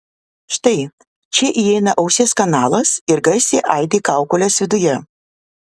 štai čia įeina ausies kanalas ir garsai aidi kaukolės viduje